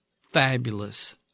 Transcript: fabulous